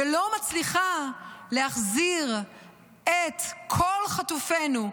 ולא מצליחה להחזיר את כל חטופינו,